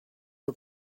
for